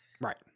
right